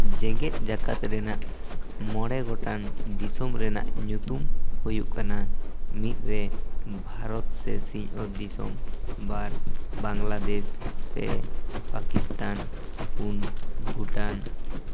ᱡᱮᱜᱮᱛ ᱡᱟᱠᱟᱛ ᱨᱮᱱᱟᱜ ᱢᱚᱬᱮ ᱜᱚᱴᱟᱝ ᱫᱤᱥᱚᱢ ᱨᱮᱱᱟᱜ ᱧᱩᱛᱩᱢ ᱦᱩᱭᱩᱜ ᱠᱟᱱᱟ ᱢᱤᱫ ᱨᱮ ᱵᱷᱟᱨᱚᱛ ᱥᱮ ᱥᱤᱧᱚᱛ ᱫᱤᱥᱚᱢ ᱵᱟᱨ ᱵᱟᱝᱞᱟᱫᱮᱥ ᱯᱮ ᱯᱟᱠᱤᱥᱛᱟᱱ ᱯᱩᱱ ᱵᱷᱩᱴᱟᱱ